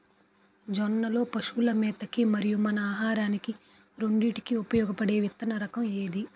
జొన్నలు లో పశువుల మేత కి మరియు మన ఆహారానికి రెండింటికి ఉపయోగపడే విత్తన రకం ఏది?